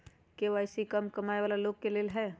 KYC का कम कमाये वाला लोग के लेल है?